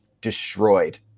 destroyed